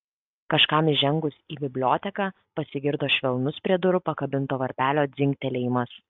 kažkam įžengus į biblioteką pasigirdo švelnus prie durų pakabinto varpelio dzingtelėjimas